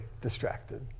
distracted